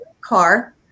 car